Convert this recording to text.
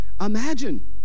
Imagine